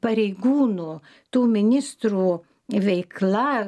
pareigūnų tų ministrų veikla